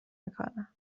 میکنه